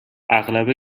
اغلب